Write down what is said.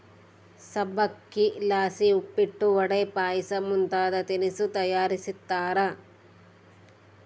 ಸಬ್ಬಕ್ಶಿಲಾಸಿ ಉಪ್ಪಿಟ್ಟು, ವಡೆ, ಪಾಯಸ ಮುಂತಾದ ತಿನಿಸು ತಯಾರಿಸ್ತಾರ